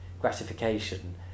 gratification